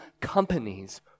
companies